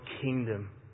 kingdom